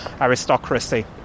aristocracy